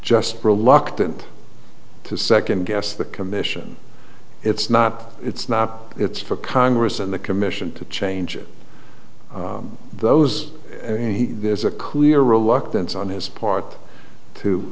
just reluctant to second guess the commission it's not it's not it's for congress and the commission to change it those there's a clear reluctance on his part t